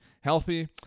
healthy